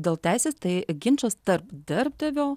dėl teisės tai ginčas tarp darbdavio